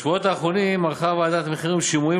בשבועות האחרונים ערכה ועדת המחירים שימועים